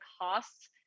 costs